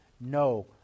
no